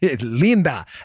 Linda